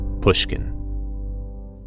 Pushkin